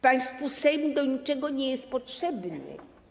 Państwu Sejm do niczego nie jest potrzebny.